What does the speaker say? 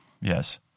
Yes